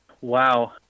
Wow